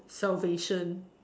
salvation